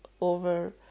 over